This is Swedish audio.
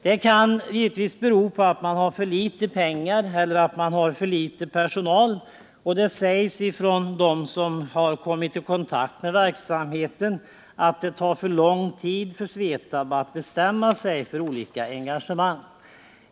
Detta kan givetvis bero på att man har för litet pengar eller på att man har för litet personal, och det sägs från dem som har kommit i kontakt med verksamheten att det tar för lång tid för Svetab att bestämma sig för olika engagemang.